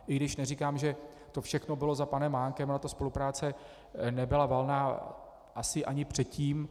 I když neříkám, že to všechno bylo za panem Mánkem, ona ta spolupráce nebyla valná úplně asi ani předtím.